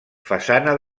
façana